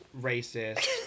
racist